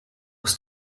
aus